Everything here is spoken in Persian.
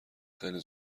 خیلی